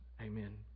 amen